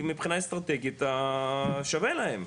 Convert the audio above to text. מבחינה אסטרטגית שווה להם,